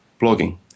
blogging